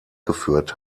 geführt